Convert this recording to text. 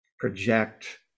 project